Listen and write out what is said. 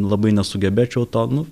labai nesugebėčiau to nu